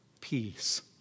peace